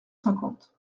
cinquante